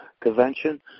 convention